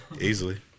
Easily